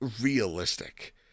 realistic